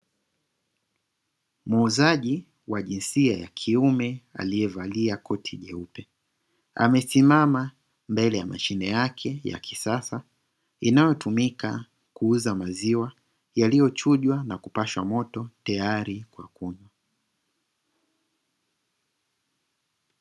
Muuzaji wa jinsia ya kiume aliyevalia koti jeupe, akiwa amesimama mbele ya mashine yake ya kisasa, inayotumika kuuza maziwa yaliyochujwa na kupashwa moto tayari kwa kunywa.